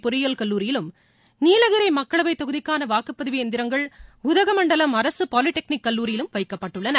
பொறியியல் கல்லூரியிலும் நீலகிரி மக்களவைத் தொகுதிக்கான வாக்குப்பதிவு இயந்திரங்கள் உதகமண்டலம் அரசு பாலிடெக்னிக் கல்லூரியிலும் வைக்கப்பட்டுள்ளன